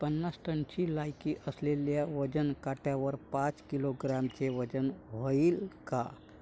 पन्नास टनची लायकी असलेल्या वजन काट्यावर पाच किलोग्रॅमचं वजन व्हईन का?